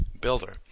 builder